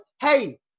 hey